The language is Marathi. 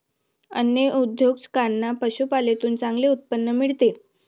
अनेक उद्योजकांना पशुपालनातून चांगले उत्पन्न मिळते